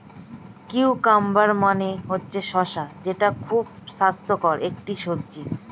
cucumber মানে হচ্ছে শসা যেটা খুবই স্বাস্থ্যকর একটি সবজি